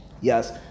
Yes